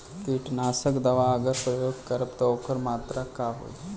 कीटनाशक दवा अगर प्रयोग करब त ओकर मात्रा का होई?